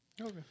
Okay